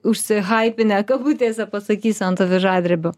užsihaipinę kabutėse pasakysiu ant avižadrebio